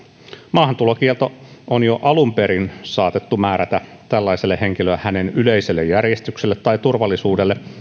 maahantulokielto on jo alun perin saatettu määrätä tällaiselle henkilölle hänen yleiselle järjestykselle tai turvallisuudelle